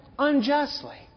Unjustly